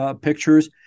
pictures